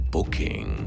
Booking